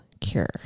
cure